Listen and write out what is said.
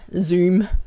Zoom